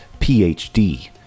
PhD